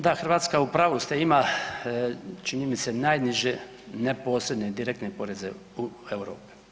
Da, Hrvatska, u pravu ste, ima, čini mi se, najniži, neposredne direktne poreze u Europi.